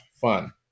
fun